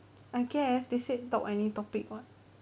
I guess they said talk any topic [what]